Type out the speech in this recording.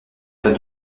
pas